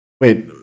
Wait